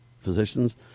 physicians